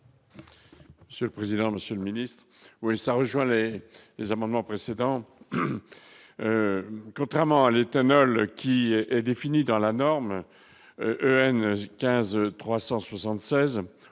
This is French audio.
Cuypers. Ce président, Monsieur le Ministre, oui, ça rejoint l'année les amendements précédente, contrairement à l'éthanol qui est défini dans la norme NEC 15 376